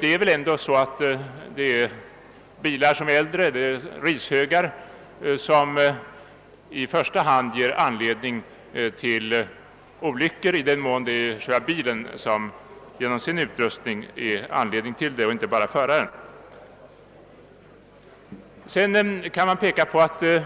Det är väl ändå äldre bilar, »rishögar», som i första hand ger anledning till olyckor i den mån det är själva bilen som genom sin utrustning är anledning till dem och inte bara föraren. Man kan också framhålla